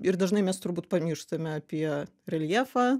ir dažnai mes turbūt pamirštame apie reljefą